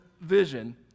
vision